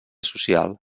social